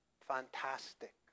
Fantastic